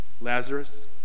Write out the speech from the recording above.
Lazarus